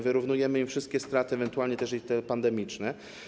Wyrównujemy im wszystkie straty, ewentualnie też te pandemiczne.